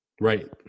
right